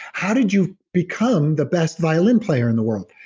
how did you become the best violin player in the world?